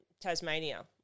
Tasmania